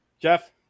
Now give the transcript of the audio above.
Jeff